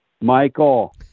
Michael